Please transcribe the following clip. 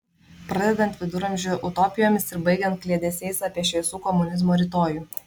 pradedant viduramžių utopijomis ir baigiant kliedesiais apie šviesų komunizmo rytojų